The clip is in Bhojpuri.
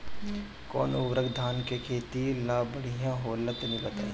कौन उर्वरक धान के खेती ला बढ़िया होला तनी बताई?